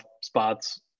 spots